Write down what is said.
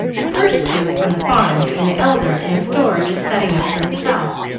the first two on the farm, and the elder in a store just setting up for himself.